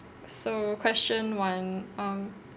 so question one um